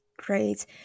Great